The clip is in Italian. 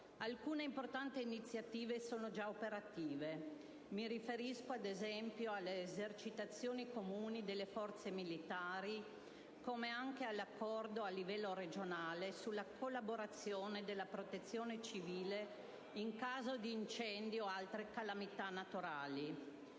Alcune importanti iniziative sono già operative. Mi riferisco ad esempio alle esercitazioni comuni delle forze militari, come anche all'Accordo a livello regionale sulla collaborazione della Protezione civile in caso di incendi o altre calamità naturali.